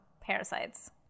parasites